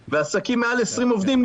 ועסקים עם מעל 20 עובדים,